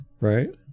right